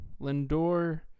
Lindor